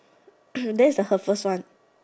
there's the her first one